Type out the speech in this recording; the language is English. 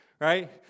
right